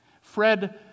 Fred